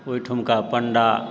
ओहिठामके पण्डा